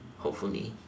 hopefully